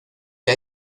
que